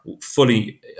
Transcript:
fully